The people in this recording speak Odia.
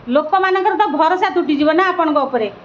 ଲୋକମାନଙ୍କର ତ ଭରସା ତୁଟିଯିବ ନା ଆପଣଙ୍କ ଉପରେ